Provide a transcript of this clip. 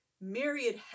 Myriad